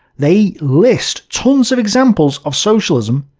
they list tons of examples of socialism,